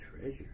treasure